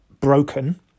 broken